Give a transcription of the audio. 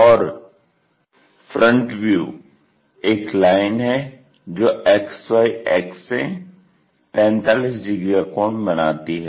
और FV एक line है जो XY अक्ष से 45 डिग्री का कोण बनाती है